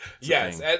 Yes